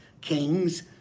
kings